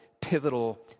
pivotal